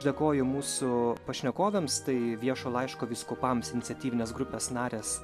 dėkoju mūsų pašnekovėms tai viešo laiško vyskupams iniciatyvinės grupės narės